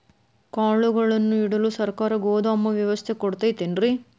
ಕಾಳುಗಳನ್ನುಇಡಲು ಸರಕಾರ ಗೋದಾಮು ವ್ಯವಸ್ಥೆ ಕೊಡತೈತೇನ್ರಿ?